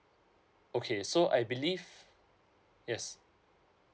okay so I believe yes